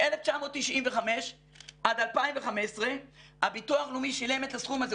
מ-1995 עד 2015 הביטוח הלאומי שילם את הסכום הזה.